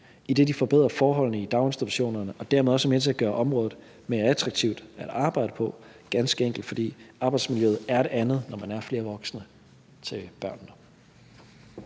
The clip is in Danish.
idet de forbedrer forholdene i daginstitutionerne og dermed også er med til at gøre området mere attraktivt at arbejde på, ganske enkelt fordi arbejdsmiljøet er et andet, når man er flere voksne om børnene.